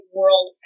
World